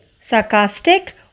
sarcastic